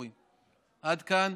עד כאן.